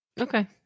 Okay